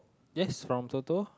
yes from total